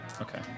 Okay